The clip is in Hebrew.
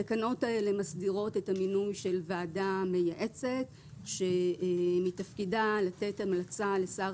התקנות האלה מסדירות את המינוי של ועדה מייעצת שמתפקידה לתת המלצה לשר